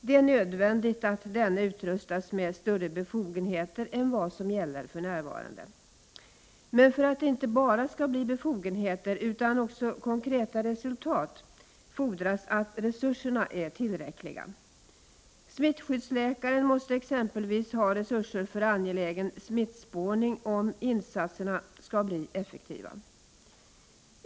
Det är nödvändigt att denne utrustas med större befogenheter än vad som gäller för närvarande. Men för att det inte bara skall bli befogenheter utan också konkreta resultat fordras att resurserna är tillräckliga. Smittskyddsläkaren måste exempelvis ha resurser för angelägen smittspårning om insatserna skall bli effektiva.